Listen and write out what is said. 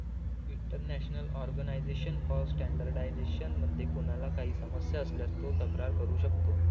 international organisation for standardisation मध्ये कोणाला काही समस्या असल्यास तो तक्रार करू शकतो